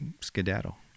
skedaddle